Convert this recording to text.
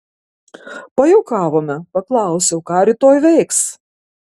pajuokavome paklausiau ką rytoj veiks